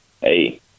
hey